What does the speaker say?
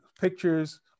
pictures